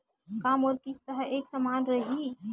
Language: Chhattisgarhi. का मोर किस्त ह एक समान रही?